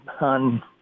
on